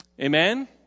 Amen